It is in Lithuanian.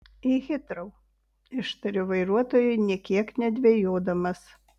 į hitrou ištariu vairuotojui nė kiek nedvejodamas